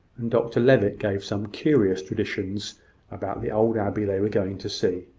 and dr levitt gave some curious traditions about the old abbey they were going to see.